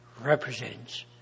represents